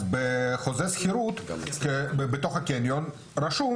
אז בחוזה השכירות בתוך הקניון רשום.